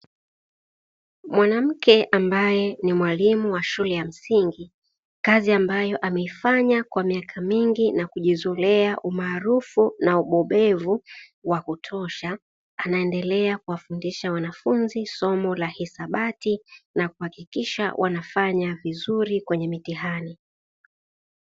Mwanamke ambaye ni mwalimu wa shule ya msingi, kazi ambayo ameifanya kwa miaka mingi na kujizolea umaarufu na ubobevevu wa kutosha, anaendelea kuwafundisha wanafunzi somo la Hisabati na kuhakikisha wanafanya vizuri kwenye mitihani.